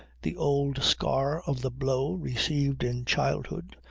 the old scar of the blow received in childhood,